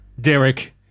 Derek